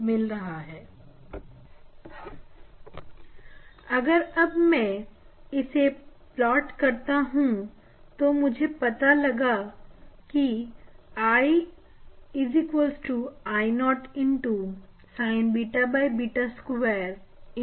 लेकिन एक हिस्सा सिंगल स्लित डिफ्रेक्शन का योगदान है और दूसरा हिस्सा वेवफ्रंट के बीच में होने वाले इंटरफेरेंस से आ रहा है अगर अब मैं इसे प्लाट करता हूं तो मुझे पता है कि I I0 sin square beta beta square cos square gamma है